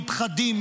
עם פחדים,